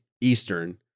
Eastern